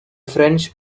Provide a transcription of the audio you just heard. french